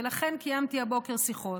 ולכן קיימתי הבוקר שיחות.